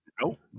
nope